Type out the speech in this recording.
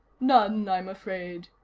none, i'm afraid.